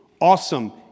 awesome